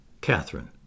Catherine